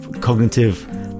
cognitive